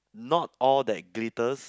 not all that glitters